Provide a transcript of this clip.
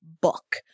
book